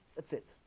that's it